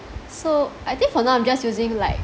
so I think for now I'm just using like